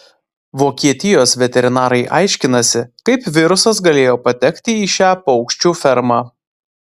vokietijos veterinarai aiškinasi kaip virusas galėjo patekti į šią paukščių fermą